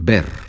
Ver